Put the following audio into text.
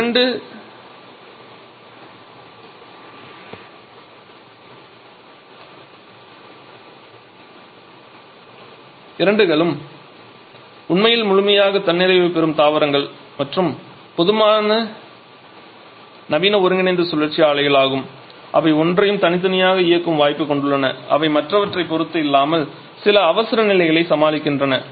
இரண்டும் உண்மையில் முழுமையாக தன்னிறைவு பெறும் தாவரங்கள் மற்றும் அவை பொதுவாக நவீன ஒருங்கிணைந்த சுழற்சி ஆலைகளாகும் அவை ஒவ்வொன்றையும் தனித்தனியாக இயக்கும் வாய்ப்பைக் கொண்டுள்ளன அவை மற்றவற்றைப் பொறுத்து இல்லாமல் சில அவசரநிலைகளைச் சமாளிக்கின்றன